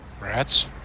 Rats